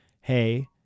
hey